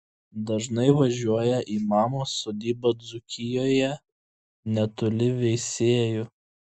dažnai važiuoja į mamos sodybą dzūkijoje netoli veisiejų